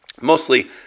mostly